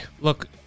Look